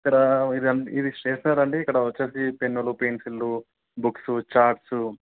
ఇక్కడ ఇది అన్ స్టేషనరీ అండి ఇక్కడ వచ్చేసి పెన్నులు పెన్సిళ్ళు బుక్సు ఛార్ట్సు